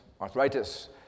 arthritis